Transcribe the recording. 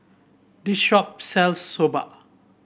this shop sells Soba